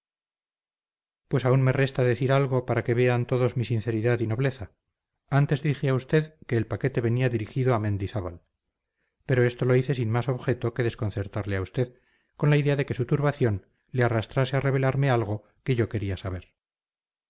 pues aún me resta decir algo para que vean todos mi sinceridad y nobleza antes dije a usted que el paquete venía dirigido a mendizábal pero esto lo hice sin más objeto que desconcertarle a usted con la idea de que su turbación le arrastrase a revelarme algo que yo quería saber